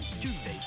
Tuesdays